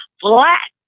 black